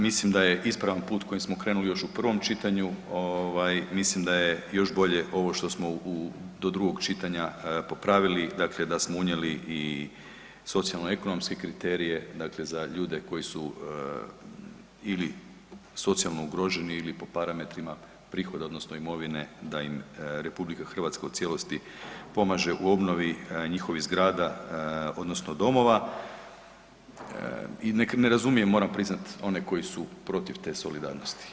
Mislim da je ispravan put kojim smo krenuli još u prvom čitanju, mislim da je još bolje ovo što smo do drugog čitanja popravili da smo unijeli i socijalno ekonomske kriterije za ljude koji su ili socijalno ugroženi ili po parametrima prihod odnosno imovine da im RH u cijelosti pomaže u obnovi njihovih zgrada odnosno domova i ne razumijem moram priznati one koji su protiv te solidarnosti.